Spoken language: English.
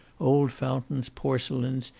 old fountains, porcelains,